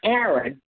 Aaron